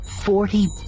Forty